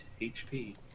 HP